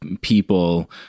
people